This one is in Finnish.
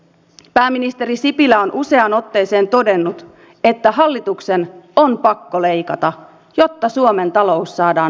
pääministeri sipilä on useaan otteeseen todennut että hallituksen on pakko leikata jotta suomen talous saadaan nousuun